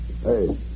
Hey